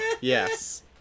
Yes